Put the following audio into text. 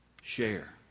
share